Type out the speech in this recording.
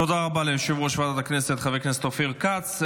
תודה רבה ליושב-ראש ועדת הכנסת חבר הכנסת אופיר כץ.